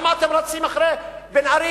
למה אתם רצים אחרי בן-ארי?